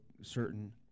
certain